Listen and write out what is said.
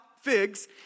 figs